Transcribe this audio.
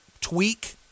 tweak